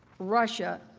russia.